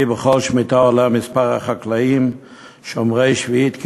בכל שמיטה עולה מספר החקלאים שומרי שביעית כהלכתה,